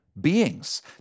beings